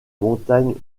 montagnes